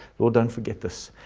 so don't forget this.